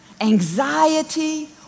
anxiety